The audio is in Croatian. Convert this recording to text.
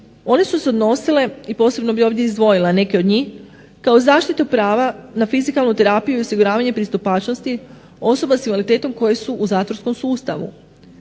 One su se odnosile i posebno bi ovdje izdvojila neke od njih kao zaštitu prava na fizikalnu terapiju i osiguravanje pristupačnosti osoba s invaliditetom koje su u zatvorskom sustavu.